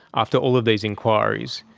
after all of these inquiries,